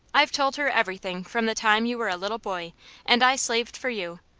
i've told her everything from the time you were a little boy and i slaved for you,